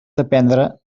dependre